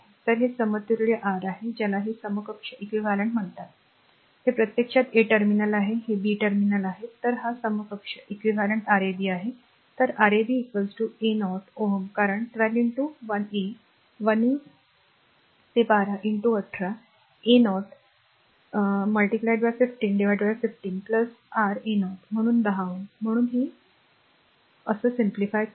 तर हे समतुल्य r आहे ज्याला हे समकक्ष म्हणतात r हे प्रत्यक्षात a टर्मिनल आहे हे b टर्मिनल आहे तर हा समकक्ष Rab आहे तर Rab a0 Ω कारण 12 1a 1a ते 12 18 a0 a0 15 15 r a0 म्हणून 10 Ω म्हणून ते साफ करा